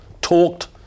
talked